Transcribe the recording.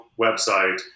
website